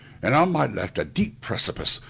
and on my left a deep precipice,